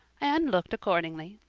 anne looked accordingly.